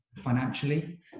financially